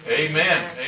Amen